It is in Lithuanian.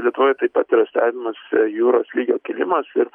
lietuvoj taip pat yra stebimas jūros lygio kilimas ir